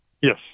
yes